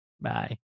Bye